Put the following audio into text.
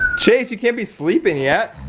chase, you can't be sleeping yet.